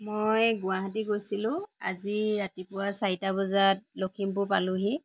মই গুৱাহাটী গৈছিলোঁ আজি ৰাতিপুৱা চাৰিটা বজাত লখিমপুৰ পালোহি